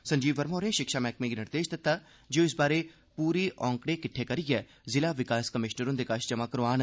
संजीव वर्मा होरें शिक्षा मैहकमे गी निर्देश दित्ता जे ओ इस बारै पूरे आंकड़े किट्ठै करिए जिला विकास कमिशनर हुंदे कश जमा करान